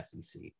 SEC